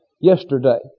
yesterday